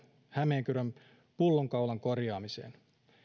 hämeenkyrön pullonkaulan korjaamiseen